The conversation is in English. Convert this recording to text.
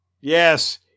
Yes